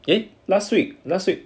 it last week last week